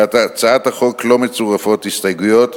להצעת החוק לא מצורפות הסתייגויות.